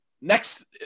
next